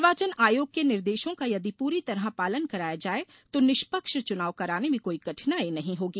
निर्वाचन आयोग के निर्देशों का यदि पूरी तरह पालन कराया जाये तो निष्पक्ष चुनाव कराने में कोई कठिनाई नहीं होगी